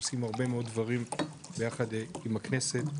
עושים הרבה מאוד דברים ביחד עם הכנסת,